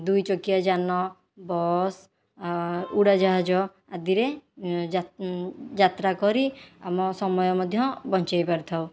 ଦୁଇ ଚକିଆ ଯାନ ବସ୍ ଉଡ଼ାଜାହାଜ ଇତ୍ୟାଦି ରେ ଯାତ୍ରା କରି ଆମ ସମୟ ମଧ୍ୟ ବଞ୍ଚେଇ ପାରିଥାଉ